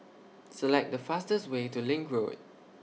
Select The fastest Way to LINK Road